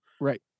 right